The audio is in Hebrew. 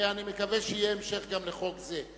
ומקווה שיהיה המשך גם לחוק זה.